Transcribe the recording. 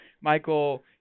Michael